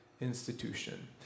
institution